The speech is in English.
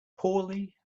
poorly